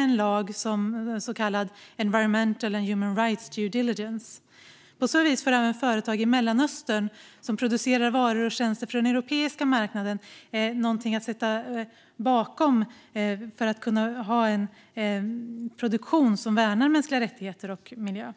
På så vis måste även företag i Mellanöstern som producerar varor och tjänster för den europeiska marknaden ha en produktion som värnar mänskliga rättigheter och miljö.